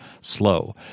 slow